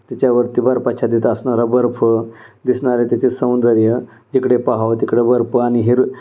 त्याच्यावरती बर्फाच्छादित असणारा बर्फ दिसणारे त्याचे सौंदर्य जिकडे पहावं तिकडं बर्फ आणि हेर